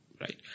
Right